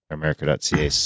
america.ca